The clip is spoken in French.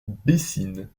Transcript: bessines